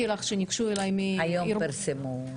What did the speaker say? היום פרסמו.